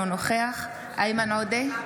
אינו נוכח איימן עודה,